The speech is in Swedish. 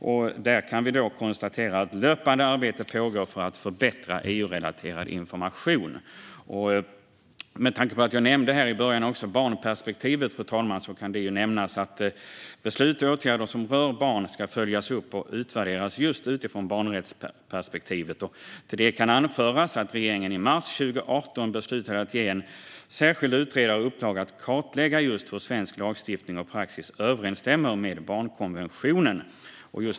Vi kan konstatera att ett löpande arbete pågår för att förbättra EU-relaterad information. Med tanke på barnperspektivet, som jag tog upp i början, kan jag nämna att beslut och åtgärder som rör barn ska följas upp och utvärderas utifrån barnrättsperspektivet. Till detta kan anföras att regeringen i mars 2018 beslutade att ge en särskild utredare i uppdrag att kartlägga hur svensk lagstiftning och praxis överensstämmer med barnkonventionen.